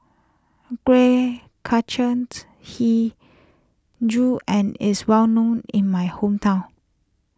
Kuih Kacang HiJau and is well known in my hometown